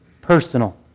personal